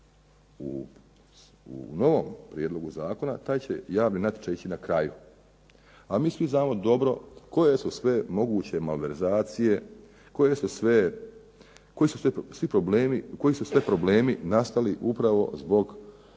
U novom prijedlogu zakona taj će javni natječaj ići na kraju. A mi svi znamo dobro koje su sve moguće malverzacije koji su sve problemi nastali upravo zbog korištenja